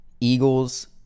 Eagles